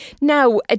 Now